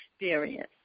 experience